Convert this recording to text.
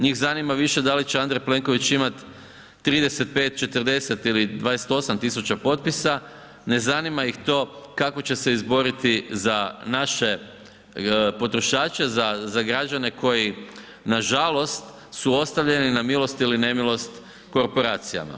Njih zanima više da li će Andrej Plenković imat 35, 40 ili 28.000 potpisa, ne zanima ih to kako će se izboriti za naše potrošače, za građane koji nažalost su ostavljeni na milost ili nemilost korporacijama.